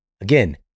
again